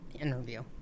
interview